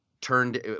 Turned